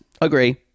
agree